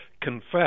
confess